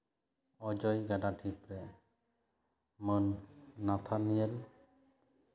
ᱚᱡᱚᱭ ᱜᱟᱰᱟ ᱰᱷᱤᱯᱨᱮ ᱢᱟᱹᱱ ᱱᱟᱛᱷᱟᱱᱤᱭᱮᱞ